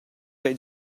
dai